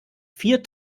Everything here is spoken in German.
vier